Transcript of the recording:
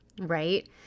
right